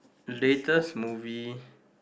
latest movie